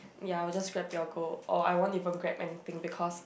ya I will just grab ya go or I won't even grab anything because